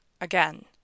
Again